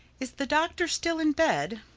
is the doctor still in bed?